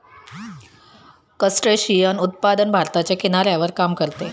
crustacean उत्पादन भारताच्या किनाऱ्यावर काम करते